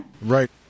Right